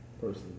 personally